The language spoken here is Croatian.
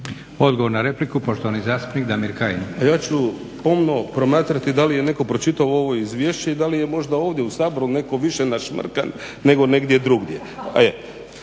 Odgovor na repliku, poštovani zastupnik Damir Kajin. **Kajin, Damir (Nezavisni)** Ja ću pomno promatrati da li je netko pročitao ovo izvješće i da li je možda ovdje u Saboru netko više našmrkan nego negdje drugdje,